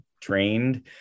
trained